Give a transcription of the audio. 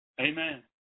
amen